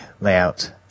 layout